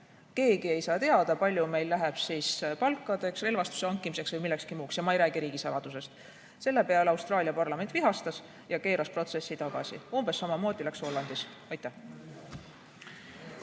keegi ei saa teada, palju läheb palkadeks, relvastuse hankimiseks või millekski muuks. Ja ma ei räägi riigisaladusest. Selle peale Austraalia parlament vihastas ja keeras protsessi tagasi. Umbes samamoodi läks Hollandis. Urve